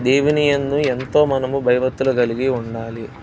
దేవుని యందు ఎంతో మనము భయభక్తులు కలిగి ఉండాలి